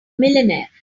millionaire